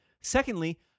Secondly